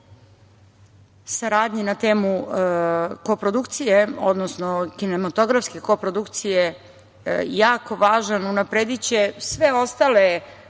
saradnji na temu kooprodukcije, odnosno kinematografske kooprodukcije jako važan. Unaprediće sve ostale